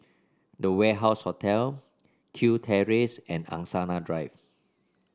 The Warehouse Hotel Kew Terrace and Angsana Drive